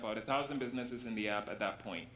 about a thousand businesses in the app at that point